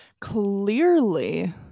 Clearly